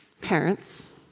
Parents